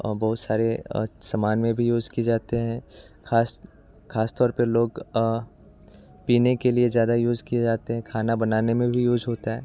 बहुत सारे सामान में भी यूज़ किए जाते हैं खास खास तौर पे लोग पीने के लिए ज़्यादा यूज़ किए जाते हैं खाना बनाने में भी यूज़ होता है